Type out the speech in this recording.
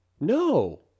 No